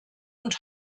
und